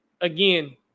again